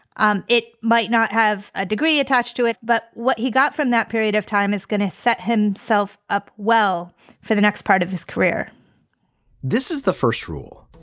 um it might not have a degree attached to it, but what he got from that period of time is going to set himself up well for the next part of his career this is the first rule.